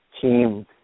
team